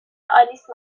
آلیس